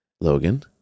Logan